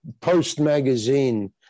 post-magazine